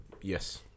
yes